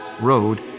Road